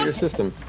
and system.